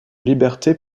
liberté